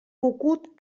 cucut